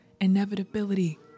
inevitability